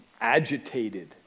agitated